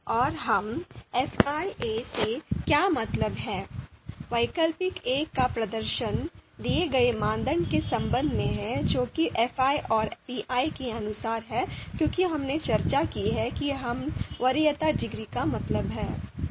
और हम fi से क्या मतलब है alternative a का प्रदर्शन दिए गए मानदंड के संबंध में है जो कि fi और pi के अनुसार है क्योंकि हमने चर्चा की है कि हम वरीयता डिग्री का मतलब है